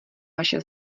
vaše